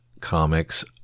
comics